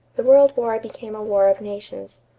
the world war became a war of nations.